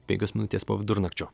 penkios minutės po vidurnakčio